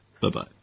Bye-bye